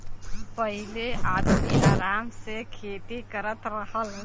पहिले आदमी आराम से खेती करत रहल